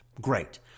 great